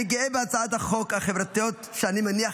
אני גאה בהצעת החוק החברתיות שאני מניח